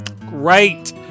great